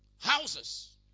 Houses